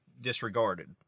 disregarded